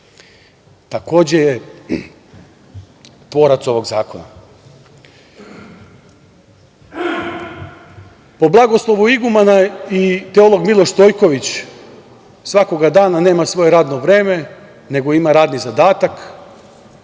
Takođe je tvorac ovog zakona. Po blagoslovu igumana i teolog Miloš Stojković svakog dana nema svoje radno vreme nego ima radni zadatak